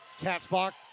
Katzbach